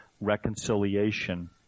reconciliation